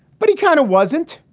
but he kind of wasn't,